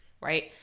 right